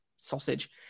Sausage